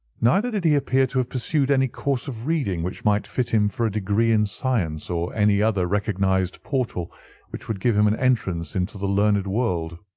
neither did he appear to have pursued any course of reading which might fit him for a degree in science or any other recognized portal which would give him an entrance into the learned world.